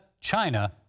China